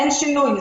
אין שינוי.